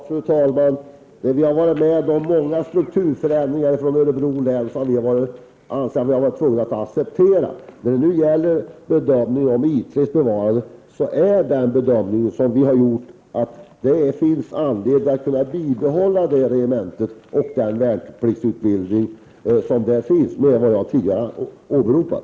Fru talman! Vi har varit med om många strukturförändringar i Örebro län, som vi har ansett att vi har varit tvungna att acceptera. Den bedömning som vi har gjort angående I 3:s bevarande är att det finns anledning att bibehålla det regementet och den värnpliktsutbildning som där finns, enligt vad jag tidigare har åberopat.